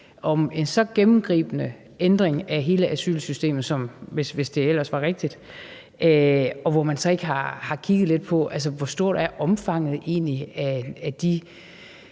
om en så gennemgribende ændring af hele asylsystemet – hvis det ellers var rigtigt – og så ikke har kigget lidt på, hvor stort omfanget